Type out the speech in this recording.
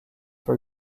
for